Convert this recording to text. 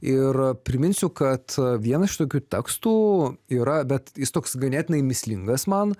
ir priminsiu kad vienas iš tokių tekstų yra bet jis toks ganėtinai mįslingas man